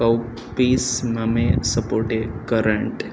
cowpeas మమె సపోర్టే cut